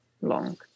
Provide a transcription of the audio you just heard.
long